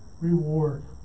reward